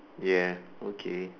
ya okay